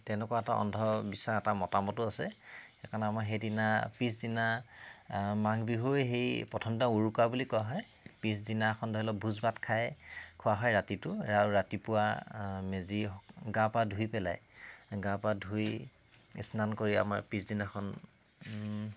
তেনেকুৱা এটা অন্ধবিশ্বাস এটা মতামতো আছে সেইকাৰণে আমাৰ সেইদিনা পিছদিনা মাঘবিহুৱে সেই প্ৰথমতে উৰুকা বুলি কোৱা হয় পিছদিনাখন ধৰি লওক ভোজ ভাত খায় খোৱা হয় ৰাতিটো আৰু ৰাতিপুৱা মেজি গা পা ধুই পেলাই গা পা ধুই স্নান কৰি আমাৰ পিছদিনাখন